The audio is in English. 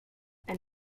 and